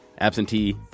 absentee